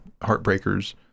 Heartbreakers